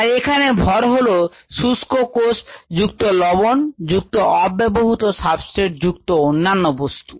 তাই এখানে ভর হলো শুষ্ক কোষ যুক্ত লবন যুক্ত অব্যবহূত সাবস্ট্রেট যুক্ত অন্যান্য বস্তু